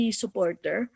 supporter